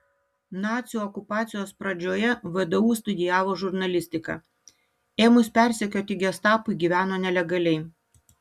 nacių okupacijos pradžioje vdu studijavo žurnalistiką ėmus persekioti gestapui gyveno nelegaliai